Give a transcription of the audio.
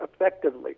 effectively